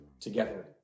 together